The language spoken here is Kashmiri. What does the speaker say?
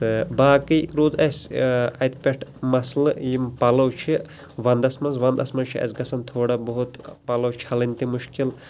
تہٕ باقٕے روٗد اَسہِ اَتہِ پیٚٹھ مَسلہٕ یِم پَلو چھِ وَنٛدَس منٛز وَنٛدَس منٛز چھِ اَسہِ گَژھان تھوڑا بہت پَلو چھلٕنۍ تہِ مُشکِل